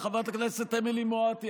חברת הכנסת אמילי מואטי,